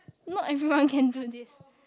not everyone can do this